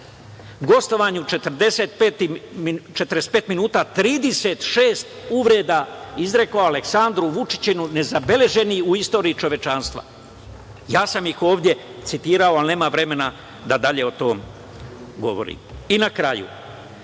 gostovanju od 45 minuta, 36 uvreda izrekao Aleksandru Vučiću, ne zabeleženo u istoriji čovečanstva. Ja sam ih ovde citira, ali nemam vremena da dalje o tome govorim. Na kraju,